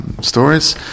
stories